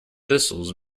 thistles